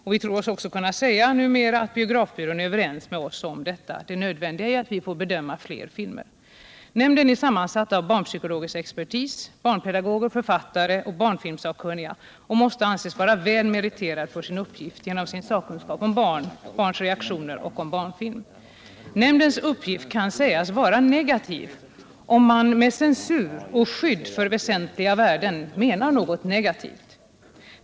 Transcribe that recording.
Vi tror oss numera också kunna säga att biografbyrån är överens med oss om det nödvändiga i att vi får se fler filmer. Nämnden är sammansatt av barnpsykologisk expertis, barnpedagoger, författare och barnfilmssakkunniga och måste anses vara väl meriterad för sin uppgift genom sin sakkunskap om barn, barns reaktioner och barnfilm. Nämndens uppgift kan sägas vara negativ, om man med censur och skydd för väsentliga värden menar något negativt.